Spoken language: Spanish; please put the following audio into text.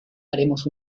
haremos